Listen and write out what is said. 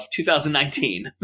2019